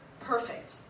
perfect